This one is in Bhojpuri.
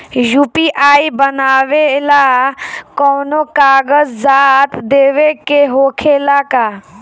यू.पी.आई बनावेला कौनो कागजात देवे के होखेला का?